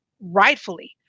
rightfully